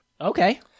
Okay